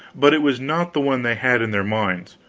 but it was not the one they had in their minds.